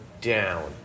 down